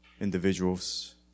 individuals